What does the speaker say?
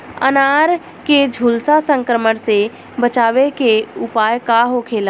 अनार के झुलसा संक्रमण से बचावे के उपाय का होखेला?